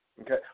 okay